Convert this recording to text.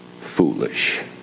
foolish